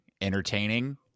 entertaining